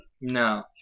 No